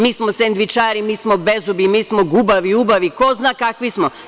Mi smo sendvičari, mi smo bezubi, mi smo gubavi, ubavi, ko zna kakvi smo.